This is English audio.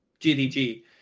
GDG